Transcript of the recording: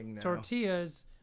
tortillas